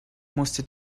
musste